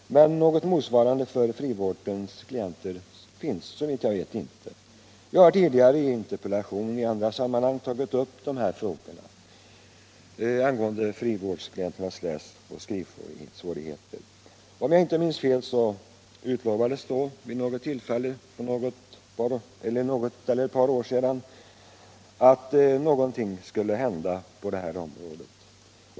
Men något motsvarande för frivårdens klienter finns såvitt jag vet inte. Jag har tidigare i en interpellation i annat sammanhang tagit upp frågan om frivårdsklienternas läsoch skrivsvårigheter. Om jag inte minns fel utlovades vid något tillfälle för ett par år sedan att något skulle hända på detta område.